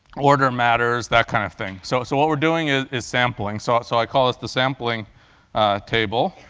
order matters, that kind of thing. so so what we're doing is is sampling, so so i call this the sampling table.